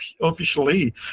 officially